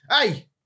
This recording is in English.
hey